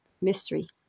Mystery